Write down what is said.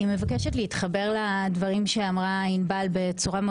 אנחנו בשום פנים ואופן לא נתמוך בנטישה של